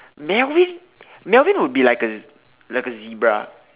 Melvin Melvin would be like a like a zebra